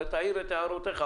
אולי תעיר את הערותיך,